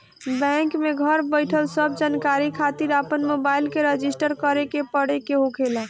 bank में घर बईठल सब जानकारी खातिर अपन मोबाईल के रजिस्टर करे के पड़े के होखेला